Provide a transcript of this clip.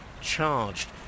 charged